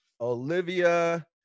Olivia